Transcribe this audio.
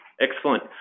excellent